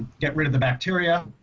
get rid of the bacteria